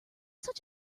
such